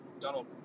Donald